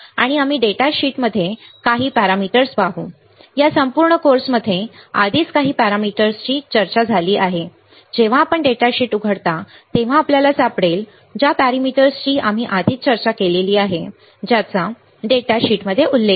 आणि आम्ही डेटा शीटमध्ये काही पॅरामीटर्स पाहू या संपूर्ण कोर्समध्ये आधीच काही पॅरामीटर्सची चर्चा झाली आहे जेव्हा आपण डेटा शीट उघडता तेव्हा आपल्याला सापडेल ज्या पॅरामीटर्सची आम्ही आधीच चर्चा केली आहे ज्याचा डेटा शीटमध्ये उल्लेख आहे